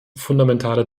fundamentale